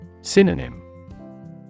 Synonym